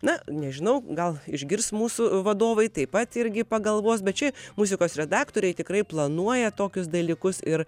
na nežinau gal išgirs mūsų vadovai taip pat irgi pagalvos bet čia muzikos redaktoriai tikrai planuoja tokius dalykus ir